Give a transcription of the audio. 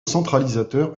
centralisateur